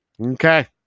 Okay